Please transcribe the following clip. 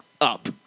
up